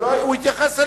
הוא יתייחס אלי?